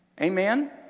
Amen